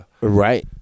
right